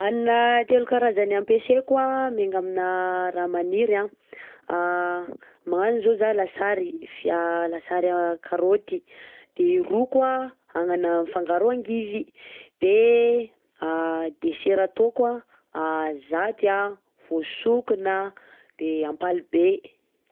Hanina telo karazana ampeseko mianga amina raha maniry a: magnano zao zaho lasary fi- lasary karaoty, de roko an agnana mifangaro angivy, de dessert ataoko an: a zaty, vaosokona, de ampalibe.